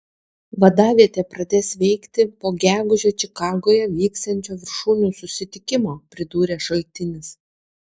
vadavietė pradės veikti po gegužę čikagoje vyksiančio viršūnių susitikimo pridūrė šaltinis